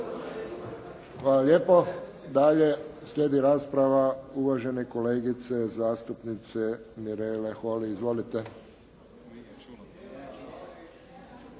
Hvala lijepo. Dalje, slijedi rasprava uvažene kolegice zastupnice Mirele Holy. Izvolite.